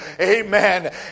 Amen